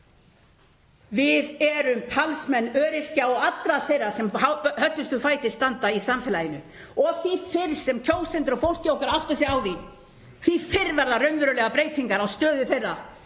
Við erum talsmenn öryrkja og allra þeirra sem höllustum fæti standa í samfélaginu og því fyrr sem kjósendur og fólkið okkar áttar sig á því, því fyrr verða raunverulegar breytingar á stöðu þeirra